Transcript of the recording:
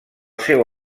seu